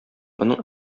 моның